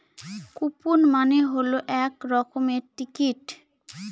coupon মানে হল এক রকমের টিকিট